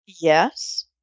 Yes